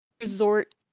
resort